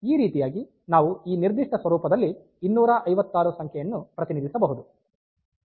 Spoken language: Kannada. ಈ ರೀತಿಯಾಗಿ ನಾವು ಈ ನಿರ್ದಿಷ್ಟ ಸ್ವರೂಪದಲ್ಲಿ 256 ಸಂಖ್ಯೆಯನ್ನು ಪ್ರತಿನಿಧಿಸಬಹುದು